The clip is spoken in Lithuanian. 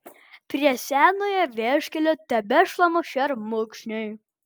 prie senojo vieškelio tebešlama šermukšniai